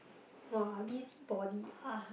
[wah] busybody ah